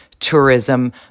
Tourism